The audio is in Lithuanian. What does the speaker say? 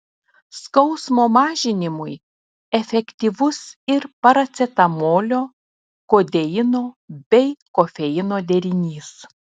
skausmo mažinimui efektyvus ir paracetamolio kodeino bei kofeino derinys